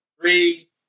three